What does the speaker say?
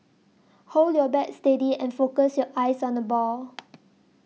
hold your bat steady and focus your eyes on the ball